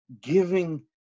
giving